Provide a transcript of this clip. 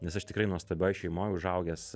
nes aš tikrai nuostabioj šeimoje užaugęs